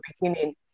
beginning